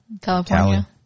California